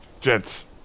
gents